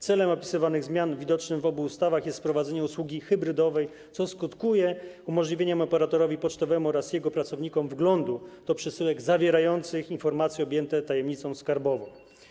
Celem opisywanych zmian, widocznym w obu ustawach, jest wprowadzenie usługi hybrydowej, co skutkuje umożliwieniem operatorowi pocztowemu oraz jego pracownikom wglądu do przesyłek zawierających informacje objęte tajemnicą skarbową.